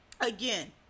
again